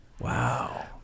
Wow